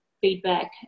feedback